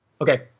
Okay